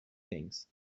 things